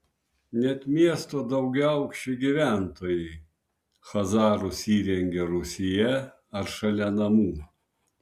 net miesto daugiaaukščių gyventojai chazarus įrengia rūsyje ar šalia namų